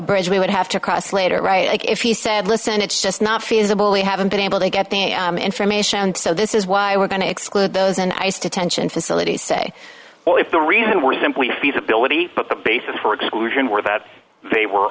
bridge we would have to cross later right if he said listen it's just not feasible we haven't been able to get the information and so this is why we're going to exclude those and ice detention facilities say well if the reason we simply feasibility but the basis for exclusion were that they were